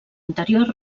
interior